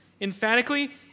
emphatically